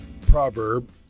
proverb